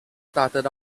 started